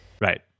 Right